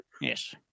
Yes